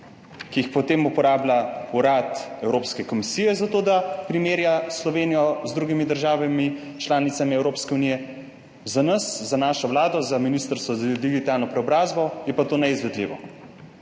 ki jih, potem uporablja Urad Evropske komisije za to, da primerja Slovenijo z drugimi državami članicami Evropske unije, Za nas, za našo vlado, za Ministrstvo za digitalno preobrazbo je pa to neizvedljivo.